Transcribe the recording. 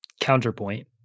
Counterpoint